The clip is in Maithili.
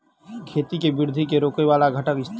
खेती केँ वृद्धि केँ रोकय वला घटक थिक?